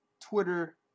Twitter